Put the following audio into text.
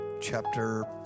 chapter